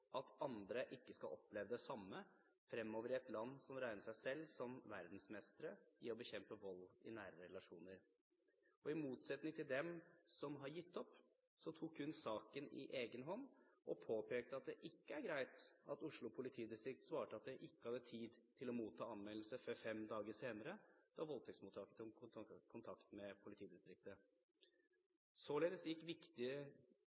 at andre ikke skal oppleve det samme fremover i et land som regner seg selv som verdensmestre i å bekjempe vold i nære relasjoner. I motsetning til dem som har gitt opp, tok hun saken i egne hender og påpekte at det ikke er greit at Oslo politidistrikt svarte at de ikke hadde tid til å motta anmeldelsen før fem dager senere, da voldtektsmottaket tok kontakt med politidistriktet. Således gikk viktige